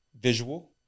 visual